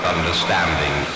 Understanding